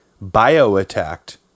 bio-attacked